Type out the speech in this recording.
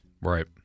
Right